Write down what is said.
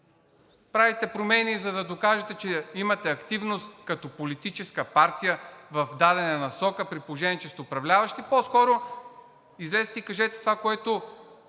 правите промени, за да докажете, че имате активност като политическа партия в дадена насока, при положение че сте управляващи. По-скоро излезте и кажете това, което